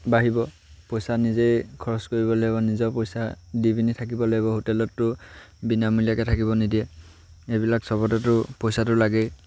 বাঢ়িব পইচা নিজেই খৰচ কৰিব লাগিব নিজৰ পইচা দি পিনি থাকিব লাগিব হোটেলততো বিনামূলীয়াকৈ থাকিব নিদিয়ে এইবিলাক চবতেতো পইচাটো লাগেই